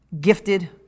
Gifted